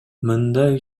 мындай